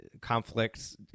conflicts